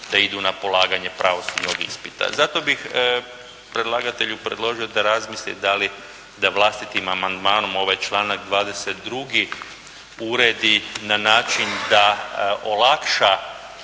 da idu na polaganje pravosudnog ispita. Zato bih predlagatelju predložio da razmisli da vlastitim amandmanom ovaj članak 22. uredi na način da olakša